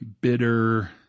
bitter